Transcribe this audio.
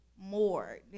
more